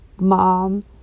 mom